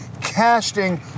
casting